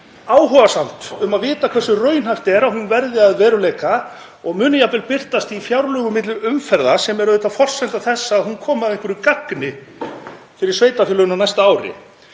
áhugasamt um að vita hversu raunhæft er að hún verði að veruleika og muni jafnvel birtast í fjárlögum milli umferða, sem er auðvitað forsenda þess að hún komi að einhverju gagni fyrir sveitarfélögin á næsta ári.